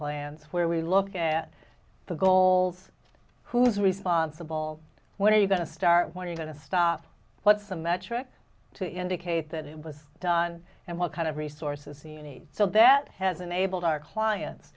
plans where we look at the goals who's responsible what are you going to start what are you going to stop what's the metric to indicate that it was done and what kind of resources the any so that has enabled our clients